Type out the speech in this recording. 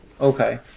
Okay